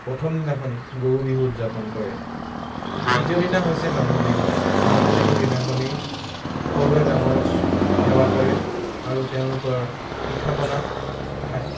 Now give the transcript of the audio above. প্ৰথম দিনাখনি গৰুবিহু উদযাপন কৰে দ্বিতীয় দিনা হৈছে মানুহ বিহু মানুহ বিহুৰ দিনাখনি সৰুৱে ডাঙৰক সেৱা কৰে আৰু তেওঁলোকৰ পিঠা পনা খায়